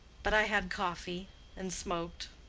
but i had coffee and smoked.